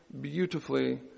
beautifully